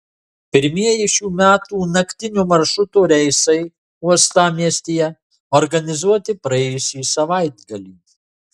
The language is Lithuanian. pirmieji šių metų naktinio maršruto reisai uostamiestyje organizuoti praėjusį savaitgalį